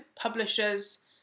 publishers